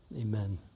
Amen